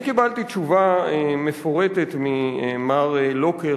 אני קיבלתי תשובה מפורטת ממר לוקר,